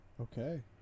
Okay